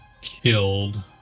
Killed